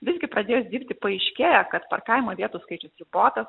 visgi pradėjus dirbti paaiškėja kad parkavimo vietų skaičius ribotas